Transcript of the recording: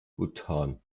bhutan